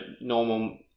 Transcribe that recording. normal